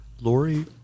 Lori